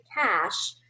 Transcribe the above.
cash